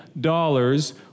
dollars